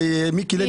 מיקי לוי.